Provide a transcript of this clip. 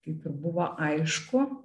kaip ir buvo aišku